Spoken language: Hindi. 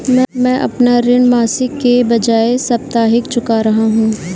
मैं अपना ऋण मासिक के बजाय साप्ताहिक चुका रहा हूँ